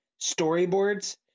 storyboards